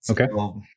okay